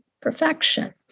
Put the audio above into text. perfection